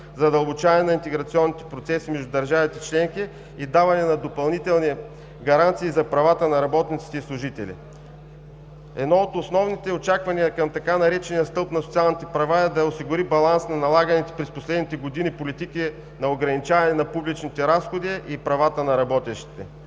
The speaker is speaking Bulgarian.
задълбочаване на интеграционните процеси между държавите членки и даване на допълнителни гаранции за правата на работниците и служителите. Едно от основните очаквания към така наречения „стълб на социалните права“ е да осигури баланс на налаганите през последните години политики на ограничаване на публичните разходи и правата на работещите.